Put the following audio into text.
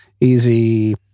easy